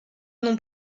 non